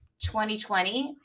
2020